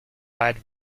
wide